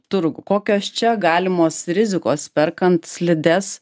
turgų kokios čia galimos rizikos perkant slides